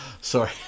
Sorry